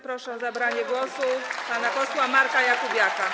Proszę o zabranie głosu pana posła Marka Jakubiaka.